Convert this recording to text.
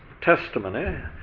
testimony